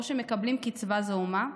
או מקבלים קצבה זעומה,